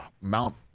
Mount